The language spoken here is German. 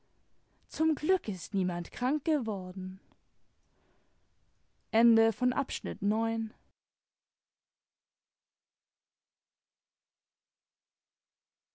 zum glück ist niemand krank geworden